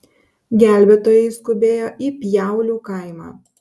gelbėtojai skubėjo į pjaulių kaimą